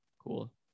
Cool